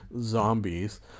zombies